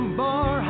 bar